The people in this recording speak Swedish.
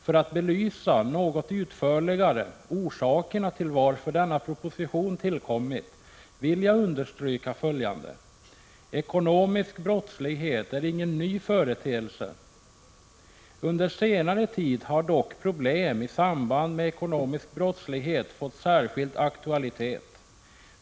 För att något utförligare belysa orsakerna till att denna proposition tillkommit vill jag understryka följande. Ekonomisk brottslighet är ingen ny företeelse. Under senare tid har dock problemen i samband med ekonomisk brottslighet fått särskild aktualitet.